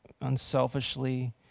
unselfishly